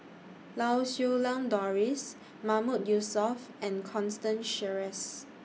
Lau Siew Lang Doris Mahmood Yusof and Constance Sheares